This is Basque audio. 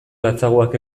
latzagoak